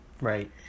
Right